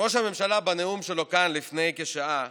ראש הממשלה, בנאום שלו כאן לפני כשעה